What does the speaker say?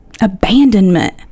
abandonment